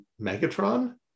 megatron